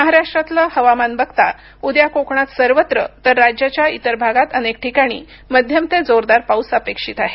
महाराष्ट्रातलं हवामान बघता उद्या कोकणात सर्वत्र तर राज्याच्या इतर भागात अनेक ठिकाणी मध्यम ते जोरदार पाऊस अपेक्षित आहे